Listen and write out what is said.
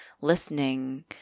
listening